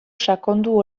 sakondu